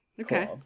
okay